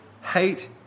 hate